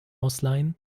ausleihen